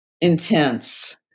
intense